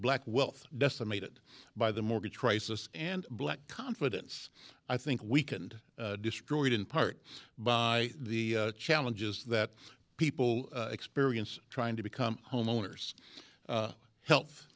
black wealth decimated by the mortgage crisis and black confidence i think weakened destroyed in part by the challenges that people experience trying to become homeowners health